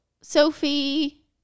Sophie